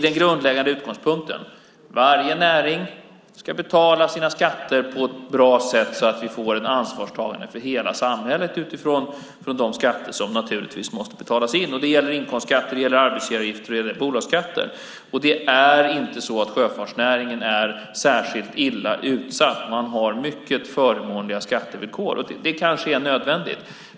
Den grundläggande utgångspunkten är att varje näring ska betala sina skatter på ett korrekt sätt så att vi får ett ansvarstagande från hela samhället utifrån de skatter som naturligtvis måste betalas in. Det gäller inkomstskatter, arbetsgivaravgifter och bolagsskatter. Det är inte så att sjöfartsnäringen är särskilt illa utsatt. Man har mycket förmånliga skattevillkor. Det är kanske nödvändigt.